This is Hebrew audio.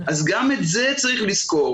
אז גם את זה צריך לזכור.